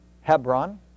Hebron